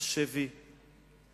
שהשבי של